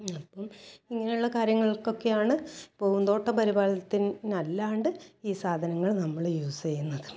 അപ്പം ഇങ്ങനെ ഉള്ള കാര്യങ്ങൾക്കൊക്കെയാണ് പൂന്തോട്ട പരിപാലനത്തിനല്ലാണ്ട് ഈ സാധനങ്ങൾ നമ്മൾ യൂസ് ചെയ്യുന്നത്